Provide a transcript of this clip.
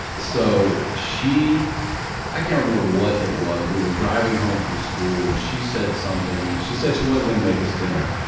so she i can't remember what it was. we were driving home from school and she said something she said she wasn't going to make us dinner.